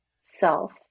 self